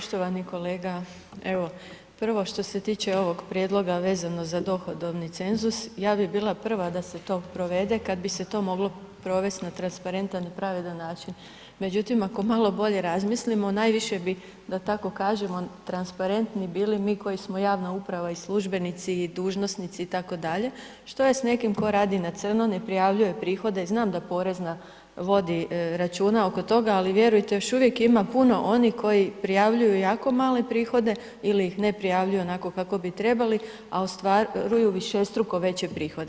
Poštovani kolega, evo prvo što se tiče ovog Prijedloga vezano za dohodovni cenzus, ja bih bila prva da se to provede kad bi se to moglo provesti na transparentan i pravedan način, međutim ako malo bolje razmislimo najviše bi, da tako kažemo transparenti bili mi koji smo javna uprava i službenici, i dužnosnici i tako dalje, što je s nekim tko radi na crno, ne prijavljuje prihode, znam da Porezna vodi računa oko toga, ali vjerujte još uvijek ima puno onih koji prijavljuju jako male prihode ili ih ne prijavljuju onako kako bi trebali, a ostvaruju višestruko veće prihode.